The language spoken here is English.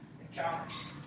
encounters